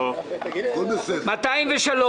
203,